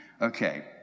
Okay